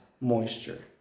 moisture